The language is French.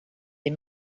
des